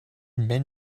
men